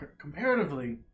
comparatively